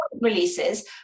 releases